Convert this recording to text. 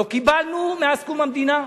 לא קיבלנו מאז קום המדינה,